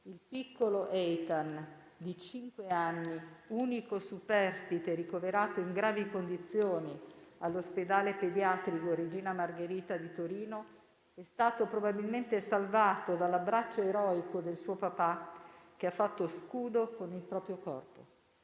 Il piccolo Eitan di cinque anni, unico superstite ricoverato in gravi condizioni all'ospedale pediatrico Regina Margherita di Torino, è stato probabilmente salvato dall'abbraccio eroico del suo papà, che ha fatto scudo con il proprio corpo,